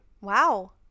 wow